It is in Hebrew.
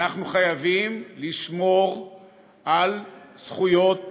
אנחנו חייבים לשמור על זכויות הבסיס,